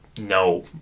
no